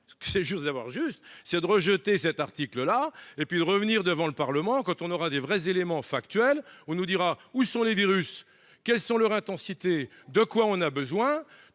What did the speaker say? que c'est juste d'avoir juste c'est de rejeter cet article-là et puis revenir devant le Parlement, quand on aura des vrais éléments factuels, on nous dira : où sont les virus, quels sont leur intensité de quoi on a besoin